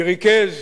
שריכז